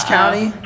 County